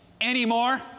anymore